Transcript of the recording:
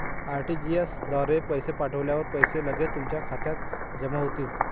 RTGS द्वारे पैसे पाठवल्यावर पैसे लगेच तुमच्या खात्यात जमा होतील